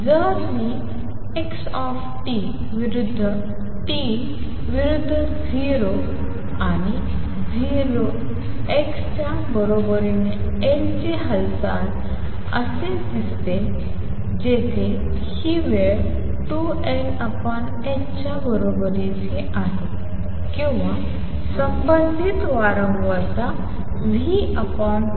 जर मी x विरुद्ध t विरुद्ध 0 आणि x च्या बरोबरीने L ची हालचाल असे दिसते जेथे ही वेळ 2Lh च्या बरोबरीची आहे किंवा संबंधित वारंवारता v2L आहे